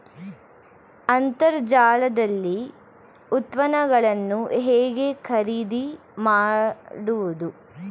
ಅಂತರ್ಜಾಲದಲ್ಲಿ ಉತ್ಪನ್ನಗಳನ್ನು ಹೇಗೆ ಖರೀದಿ ಮಾಡುವುದು?